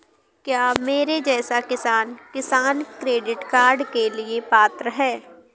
क्या मेरे जैसा किसान किसान क्रेडिट कार्ड के लिए पात्र है?